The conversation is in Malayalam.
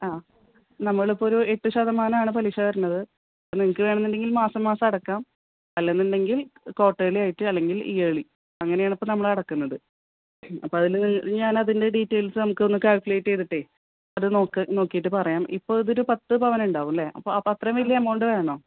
ആ നമ്മൾ ഇപ്പോൾ ഒരു എട്ട് ശതമാനമാണ് പലിശ വരുന്നത് നിങ്ങൾക്ക് വേണമെന്ന് ഉണ്ടെങ്കിൽ മാസം മാസം അടയ്ക്കാം അല്ലാ എന്നുണ്ടെങ്കിൽ ക്വാർട്ടർലി ആയിട്ട് അല്ലെങ്കിൽ ഇയർലി അങ്ങനെയാണിപ്പം നമ്മളടയ്ക്കുന്നത് അപ്പോൾ അതിൽ ഞാനതിൻ്റെ ഡീറ്റെയിൽസ് നമുക്കൊന്ന് കാൽക്കുലേറ്റ് ചെയ്തിട്ട് അത് നോക്ക് നോക്കിയിട്ട് പറയാം ഇപ്പോൾ ഇതൊരു പത്തുപവനുണ്ടാവും അല്ലേ അപ്പോൾ അത്രയും വലിയ എമൗണ്ട് വേണോ